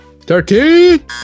Thirteen